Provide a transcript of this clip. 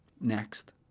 Next